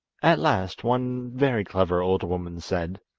at last one very clever old woman said